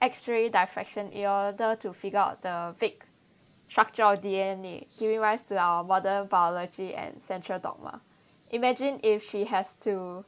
X-ray deflection in order to figure out the fix structure of D_N_A giving rise to our modern biology and central dogma imagine if she has to